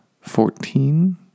fourteen